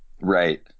Right